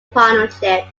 partnership